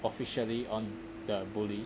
officially on the bully